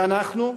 ואנחנו,